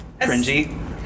cringy